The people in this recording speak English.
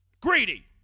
Greedy